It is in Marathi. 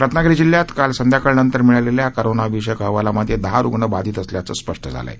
रत्नागिरी जिल्ह्यात काल संध्याकाळ नंतर मिळालेल्या कोरोनिविषयक अहवालांमध्ये दहा रुग्ण बाधित असल्याचं स्पष्ट झालं आहे